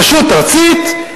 רשות ארצית,